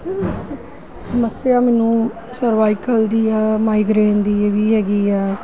ਸਮੱਸਿਆ ਮੈਨੂੰ ਸਰਵਾਈਕਲ ਦੀ ਆ ਮਾਈਗਰੇਨ ਦੀ ਇਹ ਵੀ ਹੈਗੀ ਆ